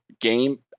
game